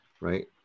right